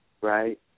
Right